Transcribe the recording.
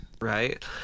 right